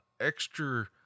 extra